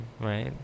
Right